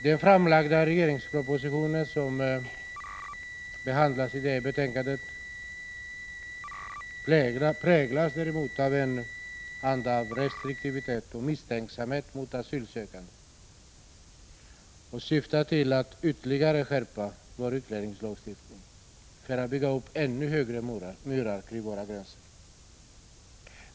Den framlagda regeringspropositionen, som behandlas i det här betänkan det, präglas däremot av en anda av restriktivitet och misstänksamhet mot asylsökande och syftar till att ytterligare skärpa vår utlänningslagstiftning för att bygga upp ännu högre murar kring våra gränser.